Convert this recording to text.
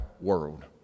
world